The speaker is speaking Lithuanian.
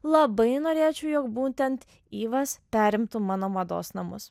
labai norėčiau jog būtent yvas perimtų mano mados namus